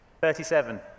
Thirty-seven